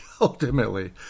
ultimately